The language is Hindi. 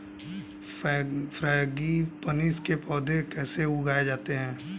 फ्रैंगीपनिस के पौधे कैसे उगाए जाते हैं?